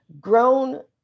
grown